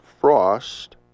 Frost